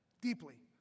deeply